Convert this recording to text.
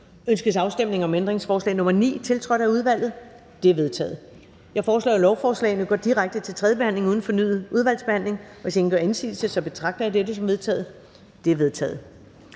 Ønskes afstemning om ændringsforslag nr. 5-8 og nr. 10-17, tiltrådt af udvalget? De er vedtaget. Jeg foreslår, at lovforslaget går direkte til tredje behandling uden fornyet udvalgsbehandling. Hvis ingen gør indsigelse, betragter jeg det som vedtaget. Det er vedtaget.